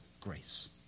grace